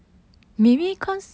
so ah